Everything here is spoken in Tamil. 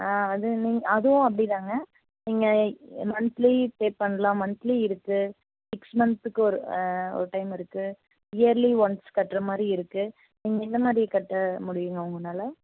ஆ அது நீங்க அதுவும் அப்படி தாங்க நீங்கள் மந்த்லி பே பண்ணலாம் மந்த்லி இருக்கு சிக்ஸ் மந்த்துக்கு ஒரு ஒரு டைம் இருக்கு இயர்லி ஒன்ஸ் கட்டுற மாதிரி இருக்கு நீங்கள் எந்த மாதிரி கட்ட முடியும்ங்க உங்கனால